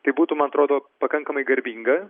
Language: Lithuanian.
tai būtų man atrodo pakankamai garbinga